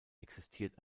existiert